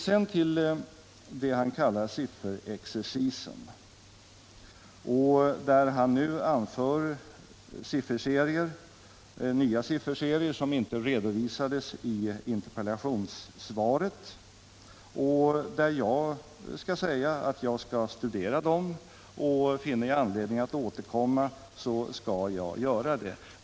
Sedan till det han kallar sifferexercisen, där han nu anför nya sifferserier som inte redovisades i interpellationssvaret. Jag skall studera dem, och finner jag anledning att återkomma skall jag göra det.